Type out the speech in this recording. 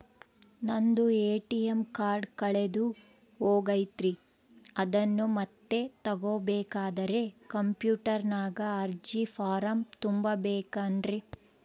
ನಂದು ATM card ಕಳೆದು ಹೋಗೈತ್ರಿ ಅದನ್ನು ಮತ್ತೆ ತಗೋಬೇಕಾದರೆ ಕಂಪ್ಯೂಟರ್ ನಾಗ ಅರ್ಜಿ ಫಾರಂ ತುಂಬಬೇಕನ್ರಿ?